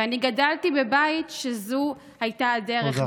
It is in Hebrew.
ואני גדלתי בבית שזו הייתה הדרך, תודה.